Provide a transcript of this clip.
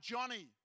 Johnny